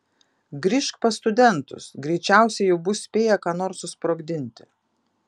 grįžk pas studentus greičiausiai jau bus spėję ką nors susprogdinti